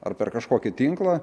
ar per kažkokį tinklą